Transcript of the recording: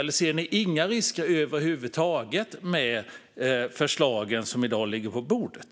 Eller ser ni inga risker över huvud taget med det förslag som i dag ligger på bordet?